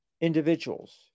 individuals